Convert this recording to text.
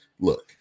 Look